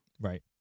Right